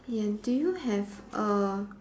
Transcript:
ya do you have a